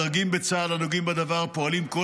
הדרגים בצה"ל הנוגעים בדבר פועלים כל